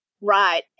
Right